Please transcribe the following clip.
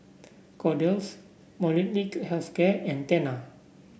Kordel's Molnylcke Health Care and Tena